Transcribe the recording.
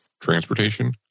transportation